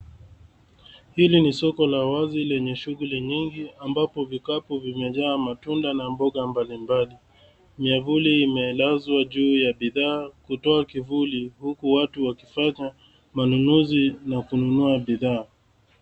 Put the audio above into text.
Hili ni soko la wazi, lenye shughuli nyingi ambapo vikapu vimejaa matunda na mboga mbalimbali. Miavuli imeelezwa juu ya bidhaa kutoa kivuli huku watu wakifanya manunuzi na kununua bidhaa.